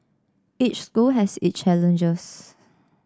each school has its challenges